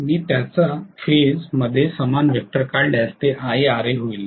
मी त्याच फेज मध्ये समान वेक्टर काढल्यास ते IaRa होईल